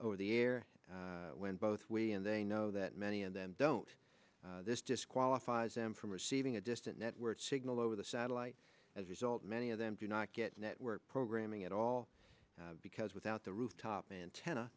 over the air when both we and they know that many of them don't this disqualifies them from receiving a distant network signal over the satellite as a result many of them do not get network programming at all because without the rooftop antenna